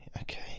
Okay